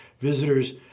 visitors